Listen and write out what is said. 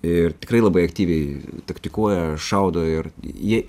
ir tikrai labai aktyviai taktikuoja šaudo ir jie